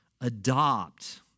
adopt